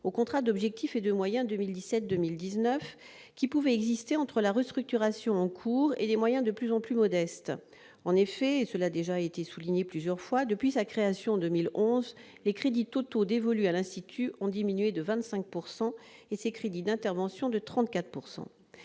au contrat d'objectifs et de moyens 2017-2019, qui pouvait exister entre la restructuration en cours et les moyens de plus en plus modestes. En effet, depuis sa création, en 2011, les crédits totaux dévolus à l'Institut français ont diminué de 25 % et ses crédits d'intervention, de 34 %.